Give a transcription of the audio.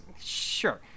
Sure